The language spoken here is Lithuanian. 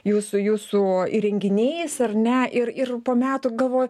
jūsų jūsų įrenginiais ar ne ir ir po metų galvoju